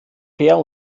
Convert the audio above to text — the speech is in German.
fair